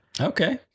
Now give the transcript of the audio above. Okay